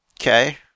okay